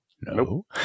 No